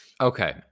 Okay